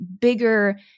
bigger